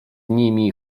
nimi